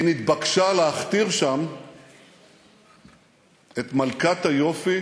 היא נתבקשה להכתיר שם את מלכת היופי